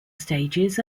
stages